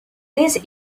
this